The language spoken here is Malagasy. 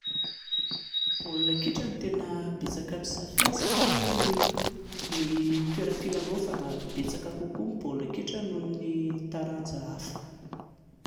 Baolina kitra no tena betsaka mpisafidy satria ny toeram-pilalaovana betsaka kokoa ny baolina kitra noho ny taranja hafa